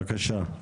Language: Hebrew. בבקשה.